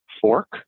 fork